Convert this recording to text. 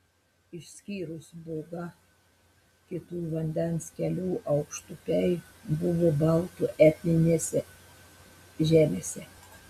išskyrus bugą kitų vandens kelių aukštupiai buvo baltų etninėse žemėse